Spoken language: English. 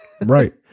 Right